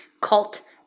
cult